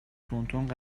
تندتند